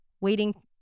Waiting